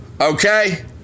Okay